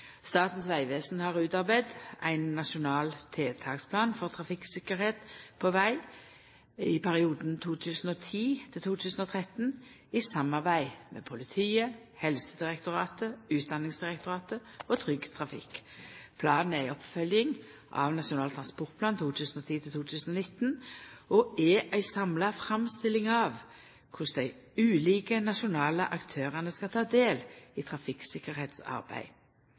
Statens vegvesen har utarbeidd Nasjonal tiltaksplan for trafikksikkerhet på veg 2010–2013 i samarbeid med politiet, Helsedirektoratet, Utdanningsdirektoratet og Trygg Trafikk. Planen er ei oppfølging av Nasjonal transportplan 2010–2019 og er ei samla framstilling av korleis dei ulike nasjonale aktørane skal ta del i